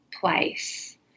place